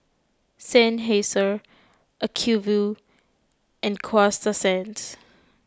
Seinheiser Acuvue and Coasta Sands